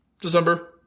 December